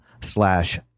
slash